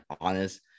honest